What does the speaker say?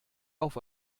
auf